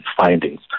findings